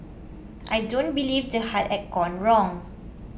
I don't believe the heart had gone wrong